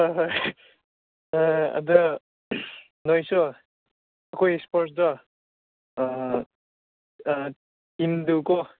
ꯍꯣꯏ ꯍꯣꯏ ꯍꯣꯏ ꯍꯣꯏ ꯑꯗꯨ ꯅꯣꯏꯁꯨ ꯑꯩꯍꯣꯏ ꯏꯁꯄꯣꯔꯠꯁꯇꯣ ꯑꯥ ꯑꯥ ꯏꯟꯗꯨꯀꯣ